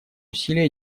усилия